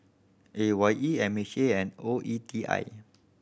A Y E M H A and O E T I